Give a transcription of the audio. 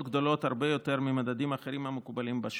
גדולות הרבה יותר ממדדים אחרים המקובלים בשוק.